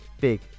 big